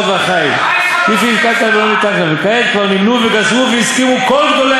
לכן בוודאי שצריך להתרחק ולהישמר שלא